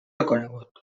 reconegut